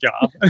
job